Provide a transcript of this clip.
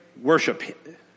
worship